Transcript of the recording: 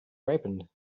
ripened